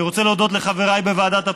אני רוצה להודות לחבריי בוועדת הפנים,